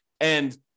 And-